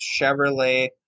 Chevrolet